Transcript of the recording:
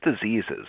diseases